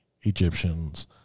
Egyptians